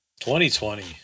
2020